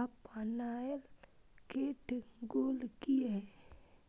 अपनायल केट गेल किया?